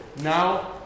Now